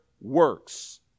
works